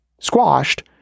squashed